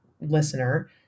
listener